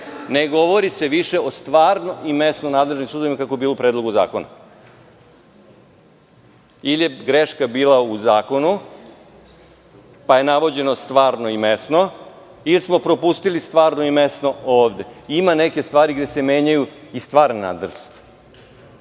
Ne govori se više o stvarno i mesno nadležnim sudovima kako je bilo u Predlogu zakona. Ili je greška bila u zakona pa je navođeno stvarno i mesno ili smo propustili stvarno i mesno ovde. Ima nekih stvari gde se menjaju i stvarne nadležnosti.